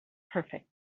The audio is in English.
perfect